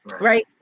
right